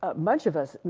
ah much of us,